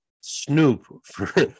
Snoop